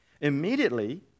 Immediately